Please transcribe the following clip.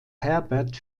herbert